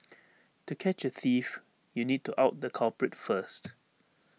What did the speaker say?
to catch A thief you need to out the culprit first